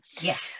Yes